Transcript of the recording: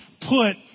put